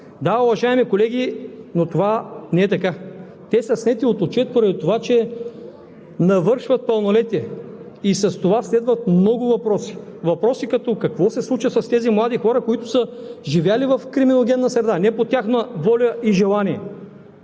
Да, уважаеми колеги, но това не е така. Те са снети от отчет поради това, че навършват пълнолетие, и с това следват много въпроси. Въпроси като: какво се случва с тези млади хора, които са живели в криминогенна среда не по тяхна воля и желание;